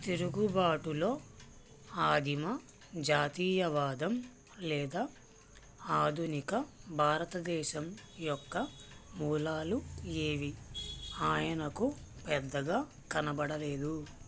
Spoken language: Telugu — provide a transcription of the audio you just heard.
తిరుగుబాటులో ఆదిమ జాతీయవాదం లేదా ఆధునిక భారతదేశం యొక్క మూలాలు ఏవి ఆయనకు పెద్దగా కనబడలేదు